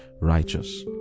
righteous